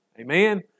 Amen